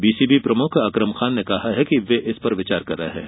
BCB प्रमुख अकरम खान ने कहा है कि वे इस पर विचार कर रहे हैं